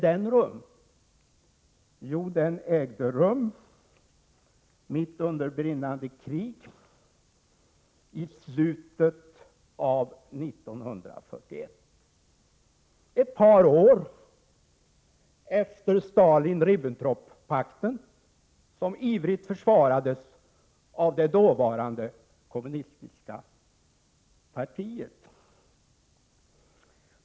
Jo, det var mitt under brinnande krig i slutet av 1941, ett par år efter Stalin-Ribbentrop-pakten, som ivrigt försvarades av det dåvarande kommunistiska partiet.